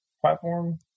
platform